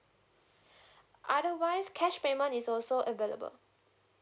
otherwise cash payment is also available